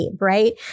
Right